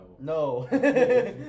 No